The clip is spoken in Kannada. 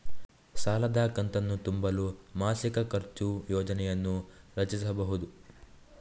ಸಾಲದ ಕಂತನ್ನು ತುಂಬಲು ಮಾಸಿಕ ಖರ್ಚು ಯೋಜನೆಯನ್ನು ರಚಿಸಿಬಹುದು